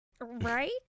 right